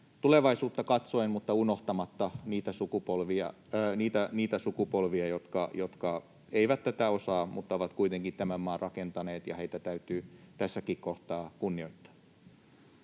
tulevaisuutta katsoen mutta unohtamatta niitä sukupolvia, jotka eivät tätä osaa mutta ovat kuitenkin tämän maan rakentaneet ja joita täytyy tässäkin kohtaa kunnioittaa.